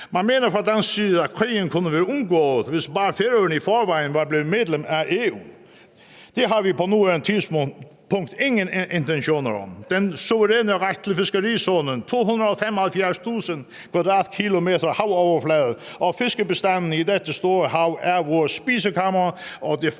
Man mener fra dansk side, at krigen kunne være undgået, hvis bare Færøerne i forvejen var blevet medlem af EU. Det har vi på nuværende tidspunkt ingen intentioner om. Den suveræne ret til fiskerizonen, 275.000 km2 havoverflade, og fiskebestandene i dette store hav er vores spisekammer